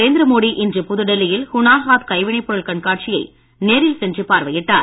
நரேந்திர மோடி இன்று புதுடெல்லியில் ஹுணார் ஹாத் கைவினைப் பொருள் கண்காட்சியை நேரில் சென்று பார்வையிட்டார்